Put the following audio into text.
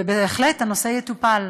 ובהחלט, הנושא יטופל.